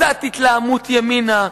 קצת התלהמות ימינה,